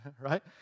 right